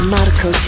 Marco